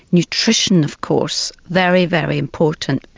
nutrition of course, very, very important,